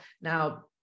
Now